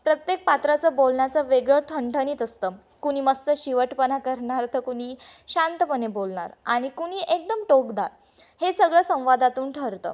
प्रत्येक पात्राचं बोलण्याचं वेगळं ठणठणीत असतं कुणी मस्त शिवटपणा करणार तर कुणी शांतपणे बोलणार आणि कुणी एकदम टोकदार हे सगळं संवादातून ठरतं